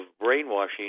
brainwashing